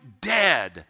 dead